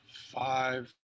Five